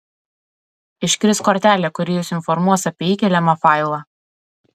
iškris kortelė kuri jus informuos apie įkeliamą failą